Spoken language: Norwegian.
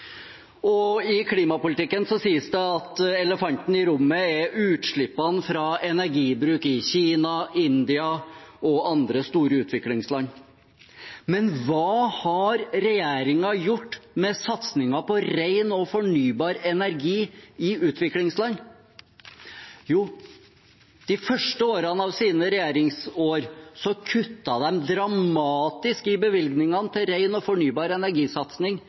dag. I klimapolitikken sies det at elefanten i rommet er utslippene fra energibruk i Kina, India og andre store utviklingsland. Men hva har regjeringen gjort med satsingen på ren og fornybar energi i utviklingsland? Jo, de første årene av sine regjeringsår kuttet de dramatisk i bevilgningene til ren og fornybar energisatsing